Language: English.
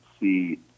see